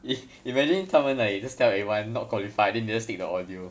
i~ imagine 他们 like just tell everyone not qualified then they just take the audio